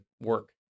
work